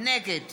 נגד